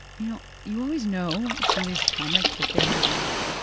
you know you always know, if somebody's a comic, that they had, like,